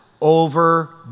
over